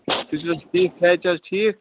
تُہۍ چھُو حظ ٹھیٖک صحت چھُو حظ ٹھیٖک